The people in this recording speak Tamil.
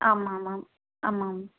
ஆமாம் ஆமாம் ஆமாங்க